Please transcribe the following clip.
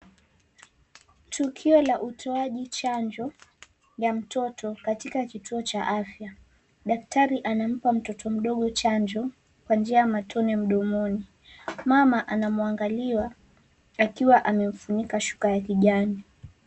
Tukio la utoaji chanjo ya mtoto, katika kituo cha afya. Daktari anampa mtoto mdogo chanjo kwa njia ya matone mdomoni. Mama anamwangalia akiwa amemfunika shuka ya kijani